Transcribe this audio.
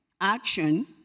action